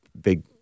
big